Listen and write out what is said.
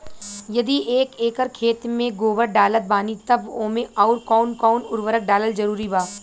यदि एक एकर खेत मे गोबर डालत बानी तब ओमे आउर् कौन कौन उर्वरक डालल जरूरी बा?